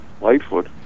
Lightfoot